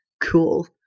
cool